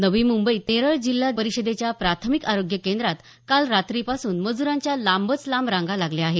नवी मुंबईत नेरळ जिल्हा परिषदेच्या प्राथमिक आरोग्य केंद्रात काल रात्रीपासून मजुरांच्या लांबच लांब रांगा लागल्या आहेत